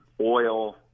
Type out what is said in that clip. oil